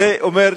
זה אומר,